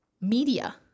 media